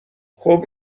خوب